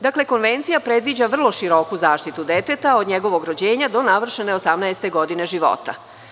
Dakle, Konvencija predviđa vrlo široku zaštitu deteta od njegovo rođenja do navršene 18 godine života.